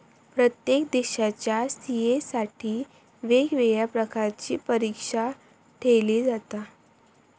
प्रत्येक देशाच्या सी.ए साठी वेगवेगळ्या प्रकारची परीक्षा ठेयली जाता